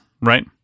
right